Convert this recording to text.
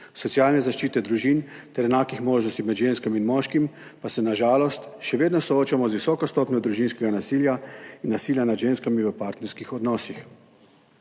socialne zaščite družin ter enakih možnosti med ženskami in moškimi, pa se na žalost še vedno soočamo z visoko stopnjo družinskega nasilja in nasilja nad ženskami v partnerskih odnosih.